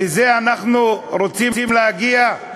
לזה אנחנו רוצים להגיע?